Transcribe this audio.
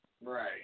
Right